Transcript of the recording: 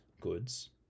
goods